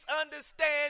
understand